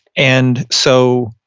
and so,